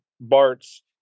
Bart's